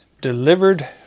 Delivered